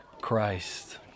Christ